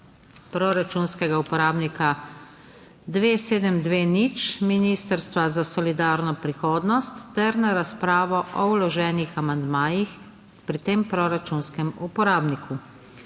proračunskega uporabnika 2720 - Ministrstva za solidarno prihodnost ter na razpravo o vloženih amandmajih pri tem proračunskem uporabniku.